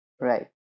Right